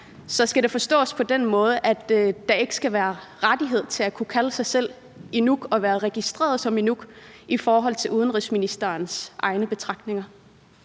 Så skal det forstås på den måde, at der ikke skal være ret til at kunne kalde sig selv inuk og være registreret som inuk, ifølge udenrigsministerens egne betragtninger?